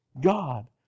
God